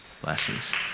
Blessings